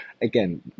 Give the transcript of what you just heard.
again